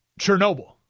Chernobyl